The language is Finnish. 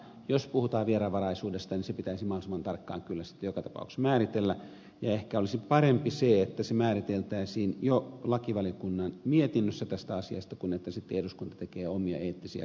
jos puhutaan vieraanvaraisuudesta niin se pitäisi mahdollisimman tarkkaan kyllä sitten joka tapauksessa määritellä ja ehkä olisi parempi se että se määriteltäisiin jo lakivaliokunnan mietinnössä tästä asiasta kuin että sitten eduskunta tekee omia eettisiä koodejaan